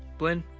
blynn,